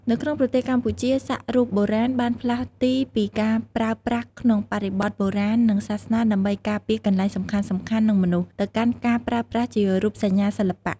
នៅក្នុងប្រទេសកម្ពុជា សាក់រូបបុរាណបានផ្លាស់ទីពីការប្រើប្រាស់ក្នុងបរិបទបុរាណ និងសាសនាដើម្បីការពារកន្លែងសំខាន់ៗ និងមនុស្ស ទៅកាន់ការប្រើប្រាស់ជារូបសញ្ញាសិល្បៈ។